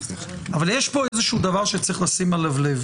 אבל יש פה דבר שצריך לשים לב אליו.